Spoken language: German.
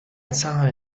zahlen